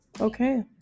Okay